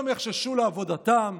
והם יחששו לעבודתם,